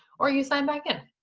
or you sign back in.